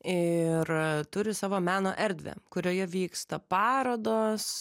ir turi savo meno erdvę kurioje vyksta parodos